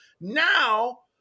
Now